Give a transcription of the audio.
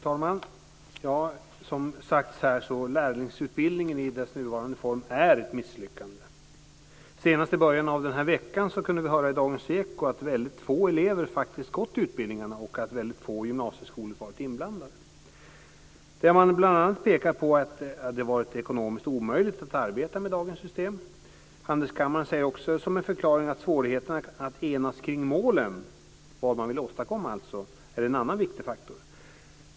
Fru talman! Som sagts här, är lärlingsutbildningen i dess nuvarande form ett misslyckande. Senast i början av den här veckan kunde vi höra i Dagens Eko att väldigt få elever gått utbildningarna och att väldigt få gymnasieskolor varit inblandade. Man pekar bl.a. på att det har varit ekonomiskt omöjligt att arbeta med dagens system. Handelskammaren säger som en förklaring att svårigheterna att enas kring målen, dvs. vad man vill åstadkomma, är en annan viktig faktor.